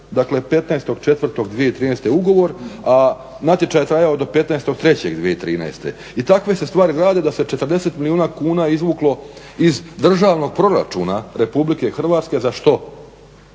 dakle 15.4.2013. ugovor a natječaj je trajao do 15.3.2013. i takve se stvari rade da se 40 milijuna kuna izvuklo iz državnog proračuna RH za što?